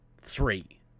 three